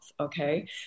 Okay